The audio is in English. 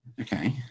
Okay